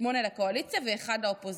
שמונה לקואליציה ואחד לאופוזיציה,